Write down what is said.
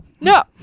no